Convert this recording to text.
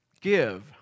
Give